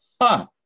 Ha